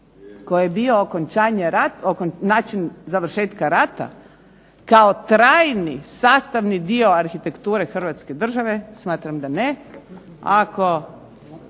okončanje, način završetka rata kao trajni sastavni dio arhitekture hrvatske države, smatram da ne, ako